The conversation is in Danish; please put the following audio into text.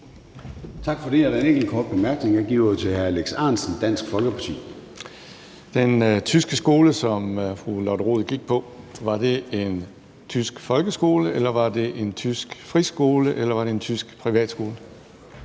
Tak for det. Der er en enkelt kort bemærkning. Jeg giver ordet til hr. Alex Ahrendtsen, Dansk Folkeparti. Kl. 14:23 Alex Ahrendtsen (DF): Var den tyske skole, som fru Lotte Rod gik på, en tysk folkeskole, eller var det en tysk friskole, eller var det en tysk privatskole?